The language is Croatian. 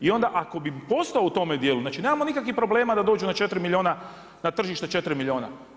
I onda ako bi postojao u tom dijelu, znači nema nikakvih problema da dođe na 4 milijuna, na tržište 4 milijuna.